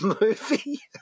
movie